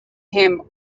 him